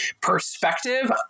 perspective